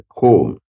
home